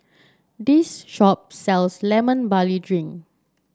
this shop sells Lemon Barley Drink